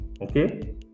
Okay